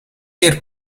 zeer